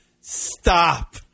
stop